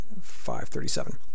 537